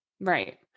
Right